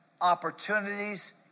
opportunities